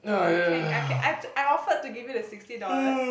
I can I can I offered to give you the sixty dollars